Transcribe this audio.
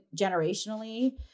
generationally